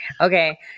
Okay